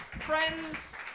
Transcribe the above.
friends